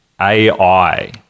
AI